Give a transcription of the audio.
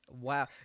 Wow